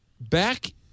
back